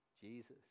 Jesus